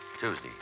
Tuesday